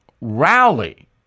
rally